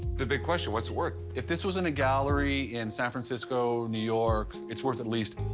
the big question, what's it worth? if this was in a gallery in san francisco, new york, it's worth at least